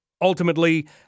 ultimately